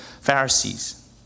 Pharisees